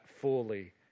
fully